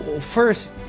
first